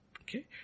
okay